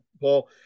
Paul